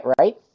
right